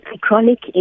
chronic